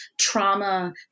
trauma